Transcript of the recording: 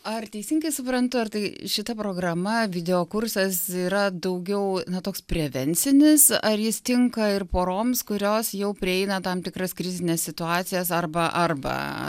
ar teisingai suprantu ar tai šita programa video kursas yra daugiau na toks prevencinis ar jis tinka ir poroms kurios jau prieina tam tikras krizines situacijas arba arba